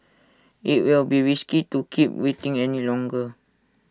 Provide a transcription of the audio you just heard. IT will be risky to keep waiting any longer